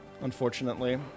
Unfortunately